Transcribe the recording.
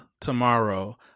tomorrow